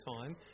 time